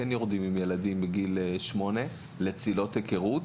כן יורדים עם ילדים בגיל שמונה לצלילות היכרות.